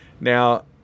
Now